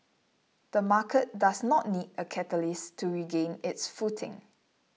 the market does not need a catalyst to regain its footing